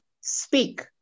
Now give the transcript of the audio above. speak